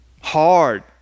Hard